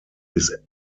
bis